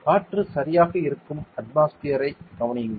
எனவே காற்று சரியாக இருக்கும் அட்மாஸ்பியர்த்தைக் கவனியுங்கள்